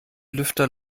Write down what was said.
lüfter